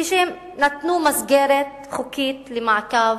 היא שהם נתנו מסגרת חוקית למעקב,